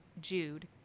jude